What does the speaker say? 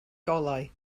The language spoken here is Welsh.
golau